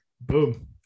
boom